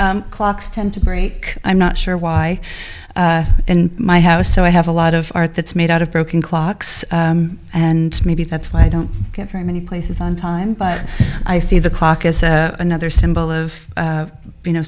house clocks tend to break i'm not sure why in my house so i have a lot of art that's made out of broken clocks and maybe that's why i don't get very many places on time but i see the clock is another symbol of you know